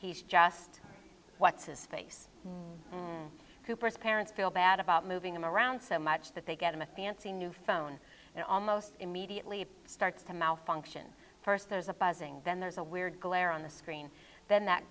he's just what's his face cooper's parents feel bad about moving them around so much that they get him a fancy new phone and almost immediately starts to malfunction first there's a then there's a weird glare on the screen then that